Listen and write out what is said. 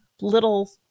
little